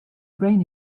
brain